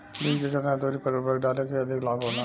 बीज के केतना दूरी पर उर्वरक डाले से अधिक लाभ होला?